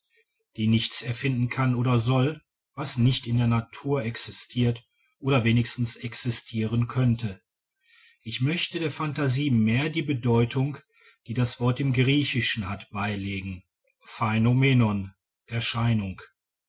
die nichts erfinden kann oder soll was nicht in der natur existiert oder wenigstens existieren könnte ich möchte der phantasie mehr die bedeutung die das wort im griechischen hatte beilegen erscheinung